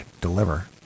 deliver